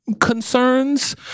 concerns